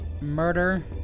murder